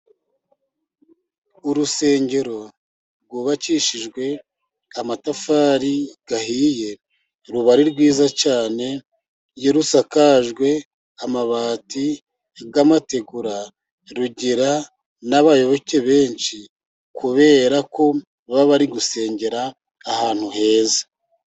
Urusengero rwubakishijwe amatafari ahiye, ruba ari rwiza cyane, iyo rusakajwe amabati y'amategura ,rugira n'abayoboke benshi ,kubera ko baba bari gusengera ahantu heza.